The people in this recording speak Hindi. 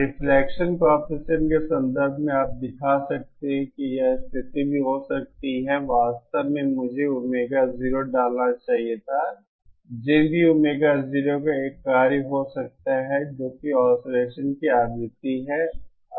रिफ्लेक्शन कॉएफिशिएंट के संदर्भ में आप दिखा सकते हैं कि यह स्थिति भी हो सकती है वास्तव में मुझे ओमेगा 0 डालना चाहिए था ज़िन भी ओमेगा 0 का एक कार्य हो सकता है जो कि ऑसिलेसन की आवृत्ति है